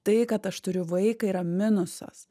tai kad aš turiu vaiką yra minusas